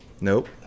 Nope